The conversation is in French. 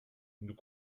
nous